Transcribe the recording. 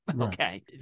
okay